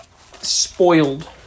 spoiled